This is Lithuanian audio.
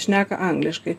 šneka angliškai